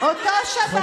את שרה בממשלה,